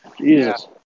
Jesus